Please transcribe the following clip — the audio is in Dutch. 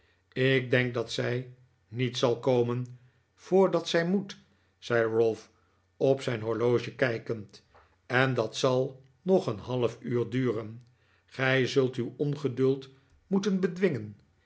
ik denk dat zij niet zal komen voordat zij moet zei ralph op zijn horloge kijkend en dat zal nog een half uur duren gij zult uw ongeduld moeten bedwingen